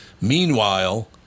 meanwhile